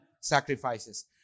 sacrifices